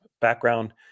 background